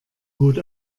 gut